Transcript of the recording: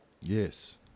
Yes